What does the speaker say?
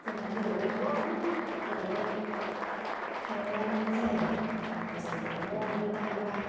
जोंहा जेरावबो हाया जेरावबो थांनायानो जाया थाखा फैसानि थाखायनो हनै दामबा